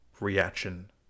reaction